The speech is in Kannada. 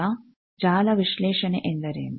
ಈಗ ಜಾಲ ವಿಶ್ಲೇಷಣೆ ಎಂದರೇನು